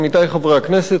עמיתי חברי הכנסת,